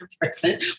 person